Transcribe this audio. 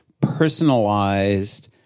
personalized